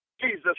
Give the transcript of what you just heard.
Jesus